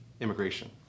immigration